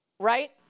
right